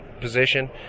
position